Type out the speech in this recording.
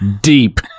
deep